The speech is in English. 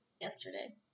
yesterday